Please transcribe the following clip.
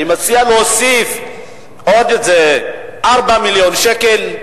אני מציע להוסיף עוד 4 מיליון שקל.